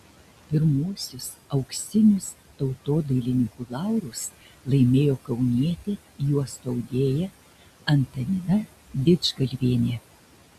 pirmuosius auksinius tautodailininkų laurus laimėjo kaunietė juostų audėja antanina didžgalvienė